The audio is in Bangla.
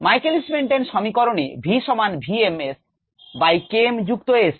Michaelis Menten সমীকরণে v সমান v m s by K m যুক্ত s